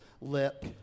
lip